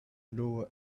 lower